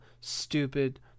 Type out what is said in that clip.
stupid